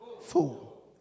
fool